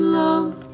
love